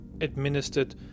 administered